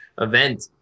event